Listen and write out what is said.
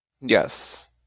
Yes